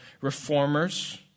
reformers